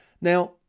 Now